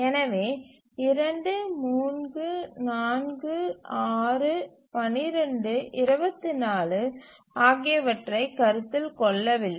எனவே 2 3 4 6 12 24 ஆகியவற்றைக் கருத்தில் கொள்ளவில்லை